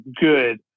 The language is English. good